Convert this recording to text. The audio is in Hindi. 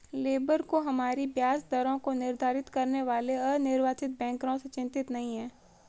लेबर को हमारी ब्याज दरों को निर्धारित करने वाले अनिर्वाचित बैंकरों से चिंतित नहीं है